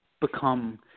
become